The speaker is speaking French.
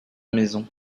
maison